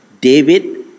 David